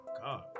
god